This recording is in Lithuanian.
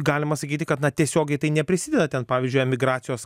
galima sakyti kad na tiesiogiai tai neprisideda ten pavyzdžiui emigracijos